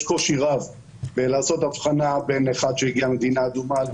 יש קושי רב לעשות הבחנה בין אחד שהגיע ממדינה אדומה.